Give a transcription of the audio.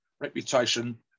reputation